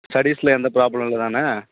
ஸ்டடிஸில் எந்த ப்ராப்ளம் இல்லை தானே